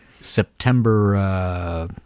September –